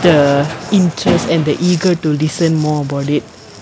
the interest and the eager to listen more about it